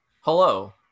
hello